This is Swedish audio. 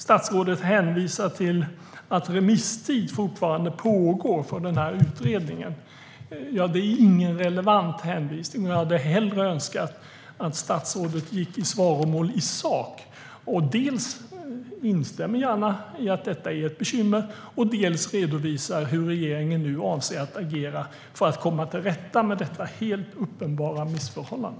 Statsrådets hänvisning till att remisstid fortfarande pågår för den här utredningen är ingen relevant hänvisning. Jag hade hellre önskat att statsrådet gick i svaromål i sak och dels gärna instämmer i att detta är ett bekymmer, dels redovisar hur regeringen nu avser att agera för att komma till rätta med detta helt uppenbara missförhållande.